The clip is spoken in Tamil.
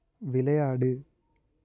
விளையாடு